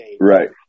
right